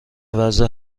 وضع